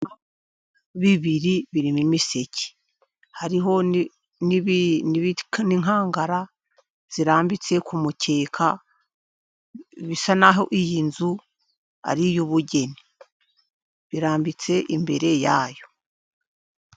Ibicuma bibiri birimo imiseke hariho n'inkangara zirambitse ku mukeka, bisa naho iyi nzu ari iy'ubugeni birambitse imbere yayo.